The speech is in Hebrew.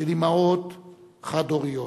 של אמהות חד-הוריות,